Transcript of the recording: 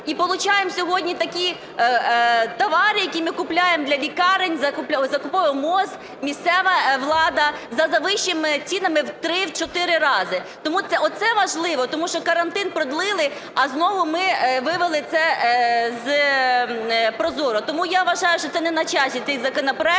і получаємо сьогодні такі товари, які ми купуємо для лікарень, закуповує МОЗ, місцева влада за завищеними цінами в 3-4 рази. Тому оце важливо, тому що карантин продовжили, а знову ми вивели це з ProZorro. Тому я вважаю, що не на часі цей законопроект,